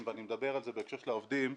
שמענו היום על אירוע במרכז הארץ,